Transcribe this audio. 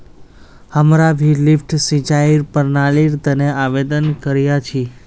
हमरा भी लिफ्ट सिंचाईर प्रणालीर तने आवेदन करिया छि